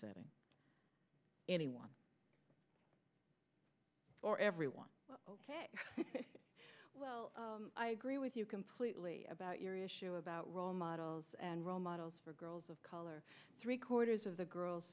setting anyone or everyone ok well i agree with you completely about your issue about role models and role models for girls of color three quarters of the girls